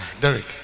Derek